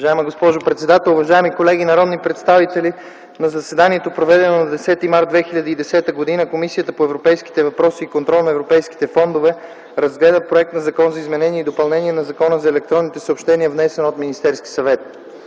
Уважаеми господин председател, уважаеми колеги народни представители! „На заседанието, проведено на 10 март 2010 г., Комисията по европейските въпроси и контрол на европейските фондове разгледа Законопроект за изменение и допълнение на Закона за електронните съобщения, внесен от Министерския съвет.